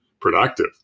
productive